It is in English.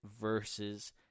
versus